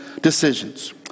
decisions